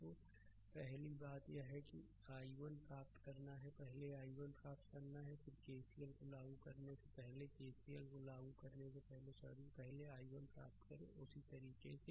तो पहली बात यह है कि i1 प्राप्त करना है पहले i1 प्राप्त करना है और केसीएल को लागू करने से पहले केसीएल को लागू करने से पहले सॉरी पहले i1 प्राप्त करें उसी तरीके से